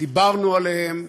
דיברנו עליהם,